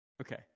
Okay